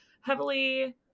heavily